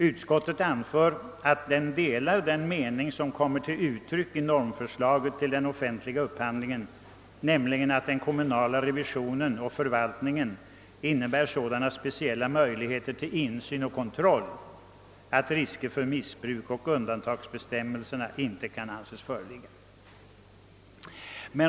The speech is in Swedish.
Vidare anföres att utskottet delar den mening som kommer till uttryck i motiveringen till normalförslaget för den offentliga upphandlingen, att den kommunala revisionen och förvaltningen innebär sådana speciella möjligheter till insyn och kontroll att risker för missbruk av undantagsbestämmelsen inte kan anses föreligga.